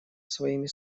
своими